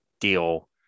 deal